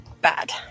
bad